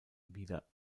wieder